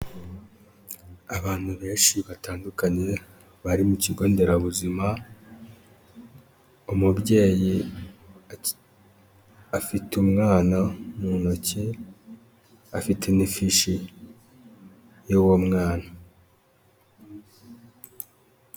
Abantu benshi batandukanye bari mu kigo nderabuzima, umubyeyi afite umwana mu ntoki, afite n'ifishi y'uwo mwana.